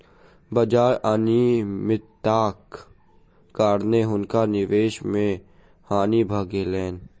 बाजार अनियमित्ताक कारणेँ हुनका निवेश मे हानि भ गेलैन